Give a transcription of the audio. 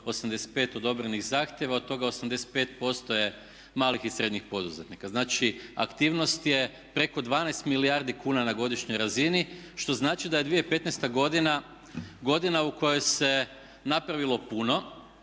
2285 odobrenih zahtjeva, od toga 85% je malih i srednjih poduzetnika. Znači aktivnost je preko 12 milijardi kuna na godišnjoj razini što znači da je 2015. godina, godina u kojoj se napravilo puno.